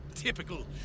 Typical